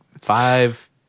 Five